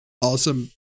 awesome